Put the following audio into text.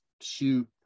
shoot